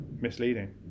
misleading